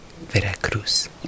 Veracruz